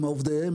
עם עובדיהם,